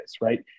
right